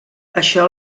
això